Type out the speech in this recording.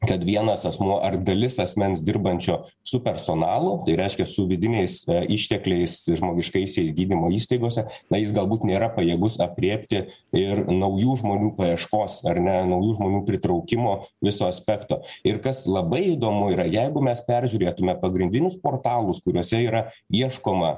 kad vienas asmuo ar dalis asmens dirbančio su personalu tai reiškia su vidiniais ištekliais žmogiškaisiais gydymo įstaigose na jis galbūt nėra pajėgus aprėpti ir naujų žmonių paieškos ar meno žmonių pritraukimo viso aspekto ir kas labai įdomu yra jeigu mes peržiūrėtume pagrindinius portalus kuriuose yra ieškoma